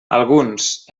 alguns